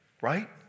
right